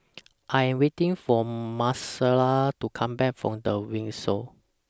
I Am waiting For Marcella to Come Back from The Windsor